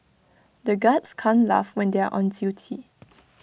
the guards can't laugh when they are on duty